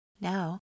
Now